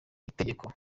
itegeko